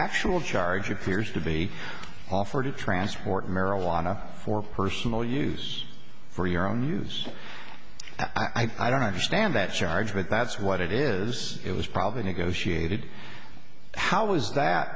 actual charge appears to be offered to transport marijuana for personal use for your own use i don't understand that charge but that's what it is it was probably negotiated how is that